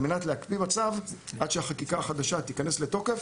על מנת להקפיא מצב עד שהחקיקה החדשה תיכנס לתוקף,